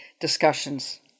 discussions